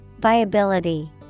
Viability